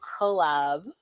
collab